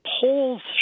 polls